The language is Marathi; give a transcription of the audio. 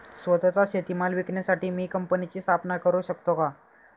स्वत:चा शेतीमाल विकण्यासाठी मी कंपनीची स्थापना करु शकतो का?